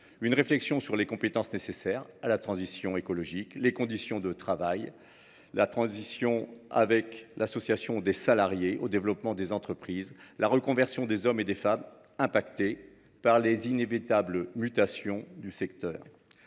volet humain, sur les compétences nécessaires à la transition écologique, sur les conditions de travail, l’association des salariés au développement des entreprises, la reconversion des hommes et des femmes touchés par les inévitables mutations du secteur.